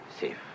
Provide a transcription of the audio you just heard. safe